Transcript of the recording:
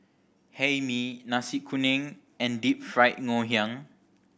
Hae Mee Nasi Kuning and Deep Fried Ngoh Hiang